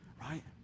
Right